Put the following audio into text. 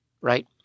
Right